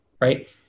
right